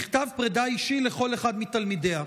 מכתב פרדה אישי לכל אחד מתלמידיה.